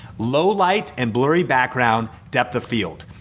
low light and blurry background depth of field.